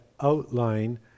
outline